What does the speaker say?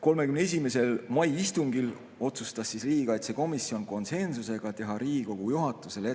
31. mai istungil otsustas riigikaitsekomisjon konsensusega teha Riigikogu juhatusele